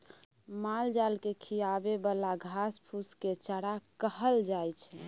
मालजाल केँ खिआबे बला घास फुस केँ चारा कहल जाइ छै